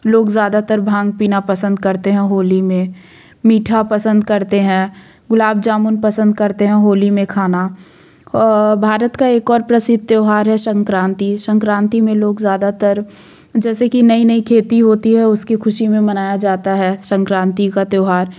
लोग ज़्यादातर भांग पीना पसंद करते है होली मे मीठा पसंद करते हैं गुलाब जामुन पसंद करते हैं होली में खाना भारत का एक और प्रसिद्ध त्योहार है संक्रांति संक्रांति में लोग ज़्यादातर जैसे कि नई नई खेती होती है उसके ख़ुशी में मनाया जाता है संक्रांति का त्योहार